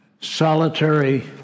solitary